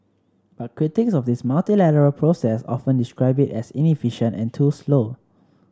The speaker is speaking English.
but critics of this multilateral process often describe it as inefficient and too slow